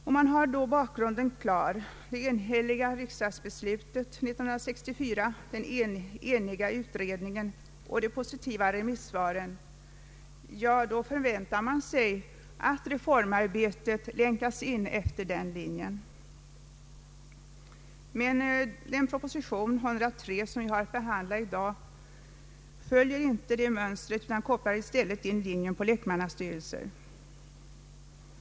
Om man då har bakgrunden klar — det en hälliga riksdagsbeslutet år 1964, den eniga utredningen och de positiva re missvaren — då förväntar man sig att reformarbetet länkas in efter den linjen. Men propositionen 103, som vi har att behandla i dag, följer inte detta mönster utan kopplar i stället in på linjen med lekmannastyrelser.